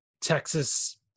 texas